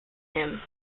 him